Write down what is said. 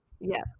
Yes